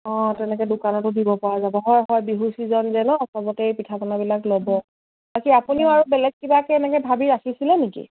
অঁ তেনেকে দোকানতো দিব পৰা যাব হয় হয় বিহু ছিজন যে ন চবতেই পিঠা পনাবিলাক ল'ব বাকী আপুনিও আৰু বেলেগ কিবাকে এনেকে ভাবি ৰাখিছিলে নেকি